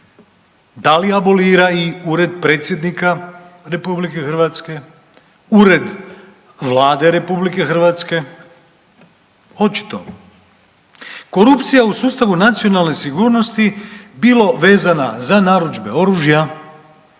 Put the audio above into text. Da li abolira i Ured predsjednika RH, Ured Vlade RH? Očito. Korupcija u sustavu nacionalne sigurnosti bilo vezana za narudžbe oružja,